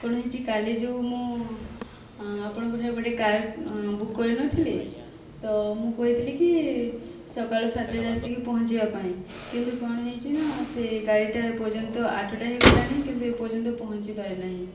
କଣ ହୋଇଛି କାଲି ଯେଉଁ ମୁଁ ଆପଣଙ୍କଠାରୁ ମୁଁ ଗୋଟିଏ କାର୍ ବୁକ୍ କରିନଥିଲି ତ ମୁଁ କହିଥିଲିକି ସକାଳ ସାତଟାରେ ଆସିକି ପହଞ୍ଚିବା ପାଇଁ କିନ୍ତୁ କଣ ହୋଇଛି ନା ସେ ଗାଡ଼ିଟା ଏପର୍ଯ୍ୟନ୍ତ ଆଠଟା ହୋଇଗଲାଣି କିନ୍ତୁ ଏପର୍ଯ୍ୟନ୍ତ ପହଞ୍ଚିପାରିନାହିଁ